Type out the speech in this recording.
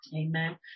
amen